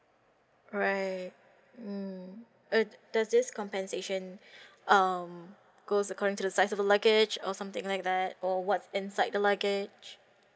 alright mm uh does this compensation um goes according to the size of the luggage or something like that or what's inside the luggage